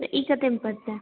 तऽ ई कतेमे पड़तै